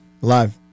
live